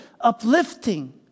uplifting